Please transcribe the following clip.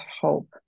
hope